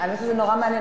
זה נורא מעניין,